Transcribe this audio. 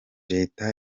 leta